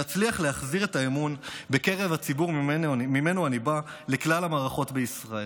להצליח להחזיר את האמון בקרב הציבור שממנו אני בא לכלל המערכות בישראל.